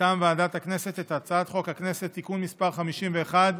מטעם ועדת הכנסת את הצעת חוק הכנסת (תיקון מס' 51)